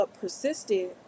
persisted